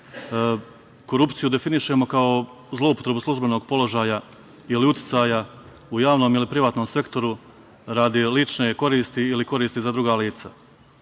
korupciju definišemo kao zloupotrebu službenog položaja ili uticaja u javnom ili privatnom sektoru radi lične koristi ili koristi za druga